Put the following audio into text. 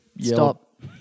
Stop